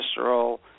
cholesterol